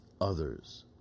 others